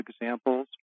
examples